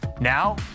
Now